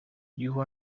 you